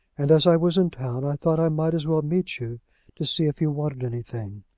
and as i was in town i thought i might as well meet you to see if you wanted anything.